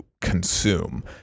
consume